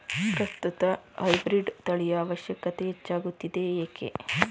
ಪ್ರಸ್ತುತ ಹೈಬ್ರೀಡ್ ತಳಿಯ ಅವಶ್ಯಕತೆ ಹೆಚ್ಚಾಗುತ್ತಿದೆ ಏಕೆ?